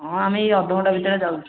ହଁ ଆମେ ଏଇ ଅଧଘଣ୍ଟା ଭିତରରେ ଯାଉଛୁ